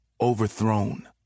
Overthrown